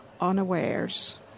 unawares